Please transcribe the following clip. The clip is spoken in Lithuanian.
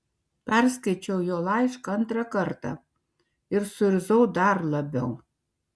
perskaičiau jo laišką antrą kartą ir suirzau dar labiau